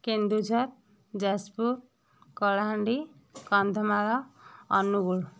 Keonjhar Jajpur Kalahandi Kandhamal Angul